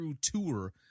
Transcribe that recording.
tour